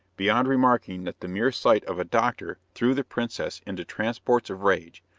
beyond remarking that the mere sight of a doctor threw the princess into transports of rage.